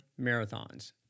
marathons